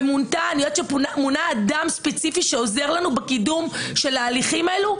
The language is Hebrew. ואני יודעת שמונה אדם ספציפי שעוזר לנו בקידום של ההליכים האלה,